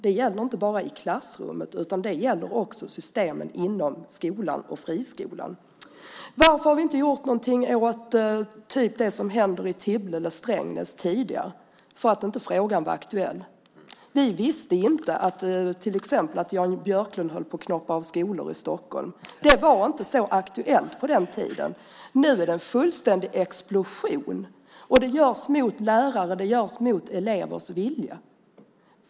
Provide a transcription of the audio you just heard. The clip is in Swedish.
Det gäller inte bara i klassrummet, utan det gäller också systemen inom skolan och friskolan. Varför har vi inte tidigare gjort något åt typ det som händer i Tibble eller Strängnäs? Det var för att frågan inte var aktuell. Vi visste till exempel inte att Jan Björklund höll på att knoppa av skolor i Stockholm. Det var inte så aktuellt på den tiden. Nu är det en fullständig explosion, och det är mot lärares och elevers vilja.